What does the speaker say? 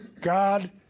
God